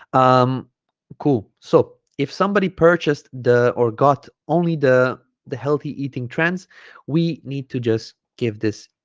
um cool so if somebody purchased the or got only the the healthy eating trends we need to just give this